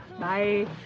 Bye